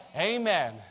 Amen